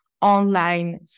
online